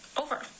over